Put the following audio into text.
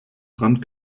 brand